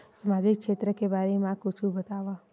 सामजिक क्षेत्र के बारे मा कुछु बतावव?